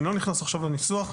ואני לא נכנס עכשיו לניסוח,